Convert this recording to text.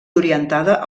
orientada